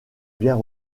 bien